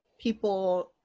people